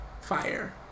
Fire